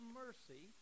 mercy